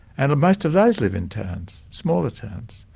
and most of those live in towns, smaller towns.